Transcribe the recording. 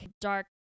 dark